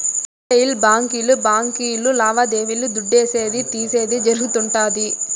retail బాంకీలే బాంకీలు లావాదేవీలు దుడ్డిసేది, తీసేది జరగుతుండాది